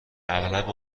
اغلب